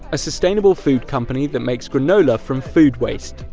a sustainable food company that makes granola from food waste.